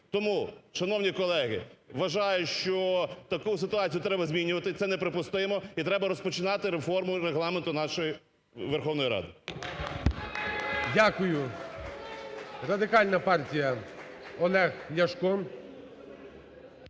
Тому, шановні колеги, вважаю, що таку ситуацію треба змінювати, це неприпустимо і треба розпочинати реформу Регламенту нашої Верховної Ради. ГОЛОВУЮЧИЙ. Дякую. Радикальна партія Олег Ляшко.